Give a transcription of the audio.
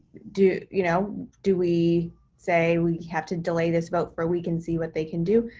do you know do we say we have to delay this vote for a week and see what they can do?